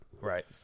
right